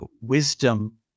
wisdom